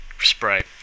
spray